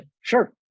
Sure